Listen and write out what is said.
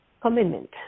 commitment